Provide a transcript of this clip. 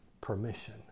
permission